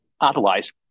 otherwise